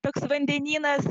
toks vandenynas